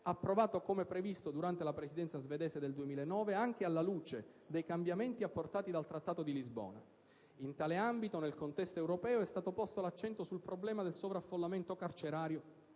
approvato, come previsto, durante la Presidenza svedese del 2009, anche alla luce dei cambiamenti apportati dal Trattato di Lisbona. In tale ambito, nel contesto europeo, è stato posto l'accento sul problema del sovraffollamento carcerario